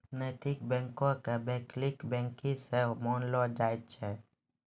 नैतिक बैंको के वैकल्पिक बैंकिंग सेहो मानलो जाय छै